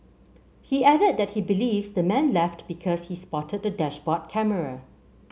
he added that he believes the man left because he spotted the dashboard camera